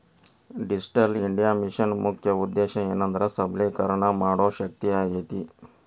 digital India ಮಿಷನ್ನ ಮುಖ್ಯ ಉದ್ದೇಶ ಏನೆಂದ್ರ ಸಬಲೇಕರಣ ಮಾಡೋ ಶಕ್ತಿಯಾಗೇತಿ